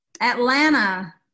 Atlanta